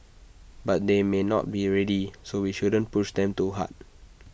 but they may not be ready so we shouldn't push them too hard